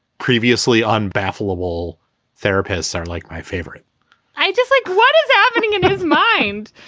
previously on baffle of all therapists are like my favorite i just like what is happening in his mind.